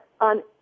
on